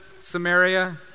Samaria